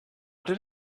did